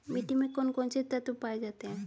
मिट्टी में कौन कौन से तत्व पाए जाते हैं?